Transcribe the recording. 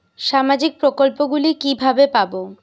সামাজিক প্রকল্প গুলি কিভাবে পাব?